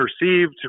perceived